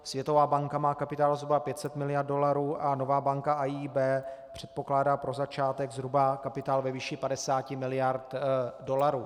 Světová banka má kapitál zhruba 500 mld. dolarů a nová banka AIIB předpokládá pro začátek zhruba kapitál ve výši 50 mld. dolarů.